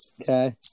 Okay